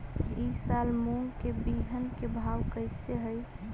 ई साल मूंग के बिहन के भाव कैसे हई?